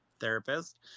therapist